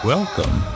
Welcome